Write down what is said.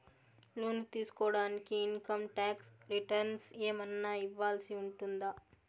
లోను తీసుకోడానికి income tax returns ఏమన్నా ఇవ్వాల్సి ఉంటుందా